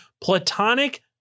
platonic